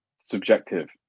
subjective